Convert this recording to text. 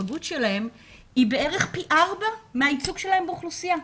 ההיפגעות שלהם היא בערך פי ארבעה מהייצוג שלהם באוכלוסייה.